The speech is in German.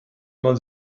man